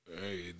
Hey